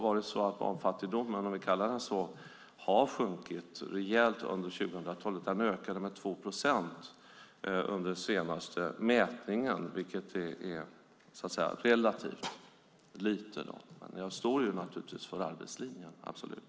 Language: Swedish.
Barnfattigdomen, om vi kallar den så, har sjunkit rejält under 2000-talet. Den ökade med 2 procent under den senaste mätningen, vilket är relativt lite. Jag står för arbetslinjen - absolut!